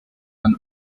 and